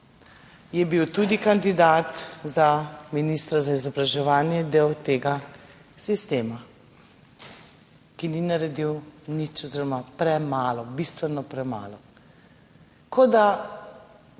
je bil tudi kandidat za ministra za izobraževanje del tega sistema, ki ni naredil nič oziroma premalo, bistveno premalo. Kot da,